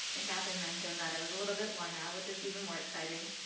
and catherine mentioned that it was a little bit more now, which is even more exciting.